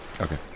Okay